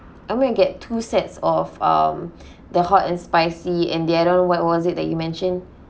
I'm going to get two sets of um the hot and spicy and the other one what was it that you mentioned